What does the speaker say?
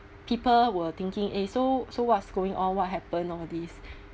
people were thinking eh so so what's going on what happen all these